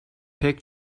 pek